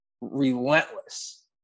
relentless